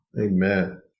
Amen